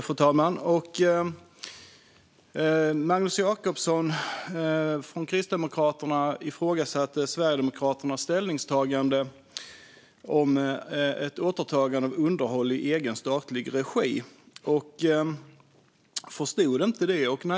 Fru talman! Magnus Jacobsson från Kristdemokraterna ifrågasatte Sverigedemokraternas ställningstagande om ett återtagande av underhåll i egen statlig regi och förstod inte det.